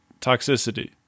toxicity